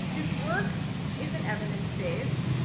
his work isn't evidence-based,